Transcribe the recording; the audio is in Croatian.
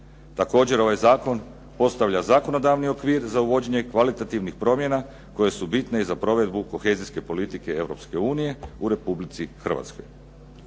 Također ovaj zakon postavlja zakonodavni okvir za uvođenje kvalitativnih promjena koje su bitne i za provedbu kohezijske politike EU u RH. I na kraju